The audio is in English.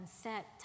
set